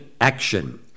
action